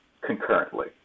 concurrently